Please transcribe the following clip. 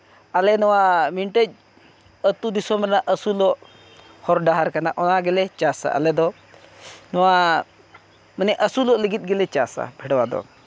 ᱟᱞᱮ ᱱᱚᱣᱟ ᱢᱤᱫᱴᱮᱡ ᱟᱛᱳ ᱫᱤᱥᱚᱢ ᱨᱮᱱᱟᱜ ᱟᱹᱥᱩᱞᱚᱜ ᱦᱚᱨ ᱰᱟᱦᱟᱨ ᱠᱟᱱᱟ ᱚᱱᱟ ᱜᱮᱞᱮ ᱪᱟᱥᱟ ᱟᱞᱮ ᱫᱚ ᱱᱚᱣᱟ ᱢᱟᱱᱮ ᱟᱹᱥᱩᱞᱚᱜ ᱞᱟᱹᱜᱤᱫ ᱜᱮᱞᱮ ᱪᱟᱥᱟ ᱵᱷᱮᱰᱣᱟ ᱫᱚ